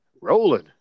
Rolling